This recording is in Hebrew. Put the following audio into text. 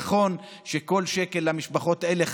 נכון שכל שקל חשוב למשפחות האלה,